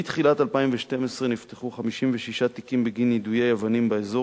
מתחילת 2012 נפתחו 56 תיקים בגין יידוי אבנים באזור,